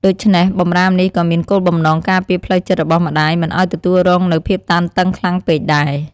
ដូច្នេះ បម្រាមនេះក៏មានគោលបំណងការពារផ្លូវចិត្តរបស់ម្ដាយមិនឲ្យទទួលរងនូវភាពតានតឹងខ្លាំងពេកដែរ។